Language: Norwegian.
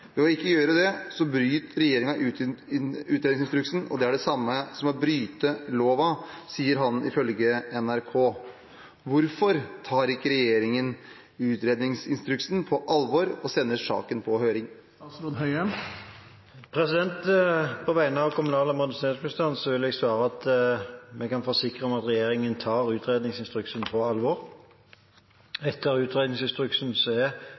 å ikkje gjera det, så bryt regjeringa utgreiingsinstruksen, og det er det same som å bryta lova», sier han ifølge NRK.no. Hvorfor tar ikke regjeringen utredningsinstruksen på alvor og sender saken på høring?» På vegne av kommunal- og moderniseringsministeren vil jeg svare at vi kan forsikre om at regjeringen tar utredningsinstruksen på alvor.